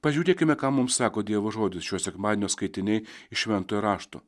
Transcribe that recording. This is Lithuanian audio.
pažiūrėkime ką mums sako dievo žodis šio sekmadienio skaitiniai iš šventojo rašto